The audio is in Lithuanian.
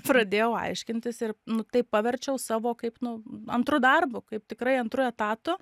pradėjau aiškintis ir nu tai paverčiau savo kaip nu antru darbu kaip tikrai antru etatu